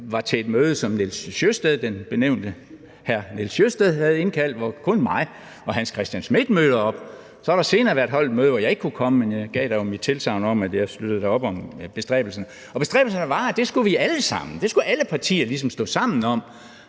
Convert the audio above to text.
var til et møde, som den benævnte hr. Nils Sjøsted havde indkaldt til, hvor kun jeg og Hans Christian Schmidt mødte op. Så har der senere været holdt et møde, hvor jeg ikke kunne komme, men jeg gav dog mit tilsagn om, at jeg da støttede op om bestræbelserne, og bestræbelserne var, at det skulle vi alle sammen, alle partier, ligesom stå sammen om,